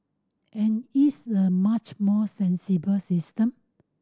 and it's the much more sensible system